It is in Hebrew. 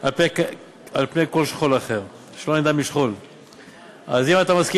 ועדת השרים לענייני חקיקה החליטה לתמוך